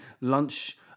lunch